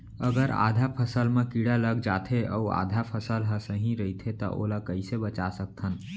अगर आधा फसल म कीड़ा लग जाथे अऊ आधा फसल ह सही रइथे त ओला कइसे बचा सकथन?